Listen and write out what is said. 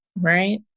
right